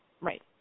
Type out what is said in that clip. Right